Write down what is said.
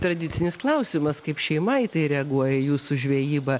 tradicinis klausimas kaip šeima į tai reaguoja jūsų žvejybą